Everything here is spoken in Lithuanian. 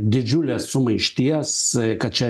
didžiulės sumaišties kad čia